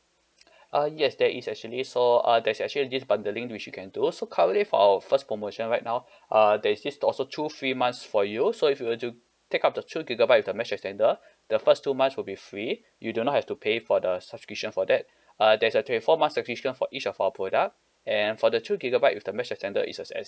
uh yes there is actually so uh there's actually this bundling which you can do so currently for our first promotion right now uh there is this also two free months for you so if you were to take up the two gigabyte with the mesh extender the first two months will be free you do not have to pay for the subscription for that uh there's a twenty four months subscription for each of our product and for the two gigabyte with the mesh extender is uh at